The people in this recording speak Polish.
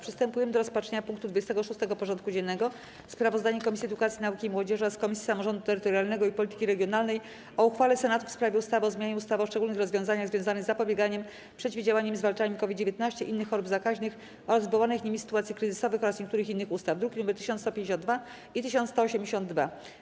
Przystępujemy do rozpatrzenia punktu 26. porządku dziennego: Sprawozdanie Komisji Edukacji, Nauki i Młodzieży oraz Komisji Samorządu Terytorialnego i Polityki Regionalnej o uchwale Senatu w sprawie ustawy o zmianie ustawy o szczególnych rozwiązaniach związanych z zapobieganiem, przeciwdziałaniem i zwalczaniem COVID-19, innych chorób zakaźnych oraz wywołanych nimi sytuacji kryzysowych oraz niektórych innych ustaw (druki nr 1152 i 1182)